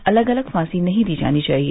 अलग अलग फांसी नहीं दी जानी चाहिए